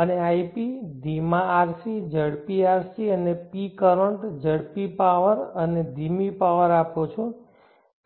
અને iP ધીમા RC ઝડપી RC અને pcurrent ઝડપી પાવર અને ધીમી પાવર આપો છો